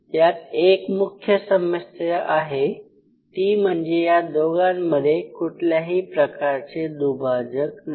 यात एक मुख्य समस्या आहे ती म्हणजे या दोघांमध्ये कुठल्याही प्रकारचे दुभाजक नाही